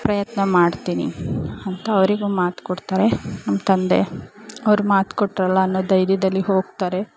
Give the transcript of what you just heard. ಪ್ರಯತ್ನ ಮಾಡ್ತೀನಿ ಅಂತ ಅವ್ರಿಗೂ ಮಾತು ಕೊಡ್ತಾರೆ ನಮ್ಮ ತಂದೆ ಅವ್ರು ಮಾತು ಕೊಟ್ಟರಲ್ಲ ಅನ್ನೋ ಧೈರ್ಯದಲ್ಲಿ ಹೋಗ್ತಾರೆ